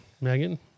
Megan